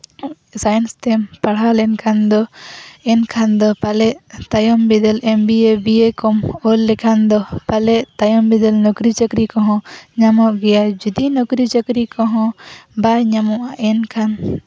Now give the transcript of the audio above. science ᱛᱮᱢ ᱯᱟᱲᱦᱟᱣ ᱞᱮᱱᱠᱷᱟᱱ ᱫᱚ ᱮᱱᱠᱷᱟᱱ ᱫᱚ ᱯᱟᱞᱮᱱ ᱛᱟᱭᱚᱢ ᱵᱤᱫᱟᱹᱞ ᱮᱢᱵᱤᱭᱮ ᱵᱤᱭᱮ ᱠᱚᱢ ᱚᱞ ᱞᱮᱠᱷᱟᱱ ᱫᱚ ᱯᱟᱞᱮᱱ ᱛᱟᱭᱚᱢ ᱵᱤᱫᱟᱹᱞ ᱱᱚᱠᱨᱤ ᱪᱟᱹᱠᱨᱤ ᱠᱚᱦᱚᱸ ᱧᱟᱢᱚᱜ ᱜᱮᱭᱟ ᱡᱩᱫᱤ ᱱᱚᱠᱨᱤ ᱪᱟᱹᱠᱨᱤ ᱠᱚᱦᱚᱸ ᱵᱟᱭ ᱧᱟᱢᱚᱜᱼᱟ ᱮᱱᱠᱷᱟᱱ